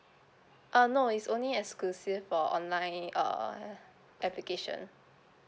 um no it's only exclusive for online uh application